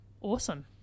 Awesome